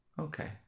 Okay